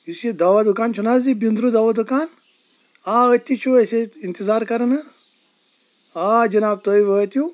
یُس یہِ دَوا دُکان چھُ نہ حظ یہِ بِنٛدروٗ دَوا دُکان آ أتھی چھو أسۍ اِنتِظار کَران حظ آ جِناب تُہۍ وٲتِو